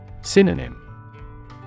Synonym